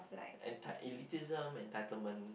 anti elitism entitlement